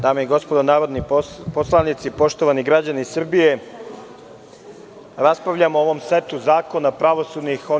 Dame i gospodo narodni poslanici, poštovani građani Srbije, raspravljamo o ovom setu pravosudnih zakona.